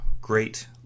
Great